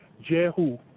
Jehu